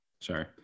sorry